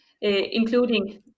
including